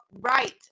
right